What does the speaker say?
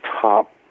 top